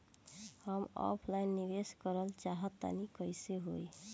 हम ऑफलाइन निवेस करलऽ चाह तनि कइसे होई?